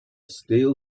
steel